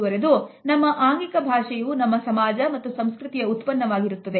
ಮುಂದುವರೆದು ನಮ್ಮ ಆಂಗಿಕ ಭಾಷೆಯು ನಮ್ಮ ಸಮಾಜ ಮತ್ತು ಸಂಸ್ಕೃತಿಯ ಉತ್ಪನ್ನವಾಗಿ ಇರುತ್ತದೆ